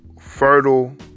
fertile